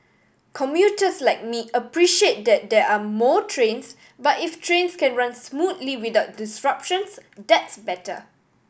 commuters like me appreciate that there are more trains but if trains can run smoothly without disruptions that's better